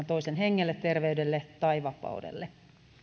toisen hengelle terveydelle tai vapaudelle